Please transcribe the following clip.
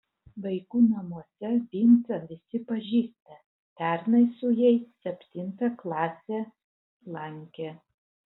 vaikų namuose vincą visi pažįsta pernai su jais septintą klasę lankė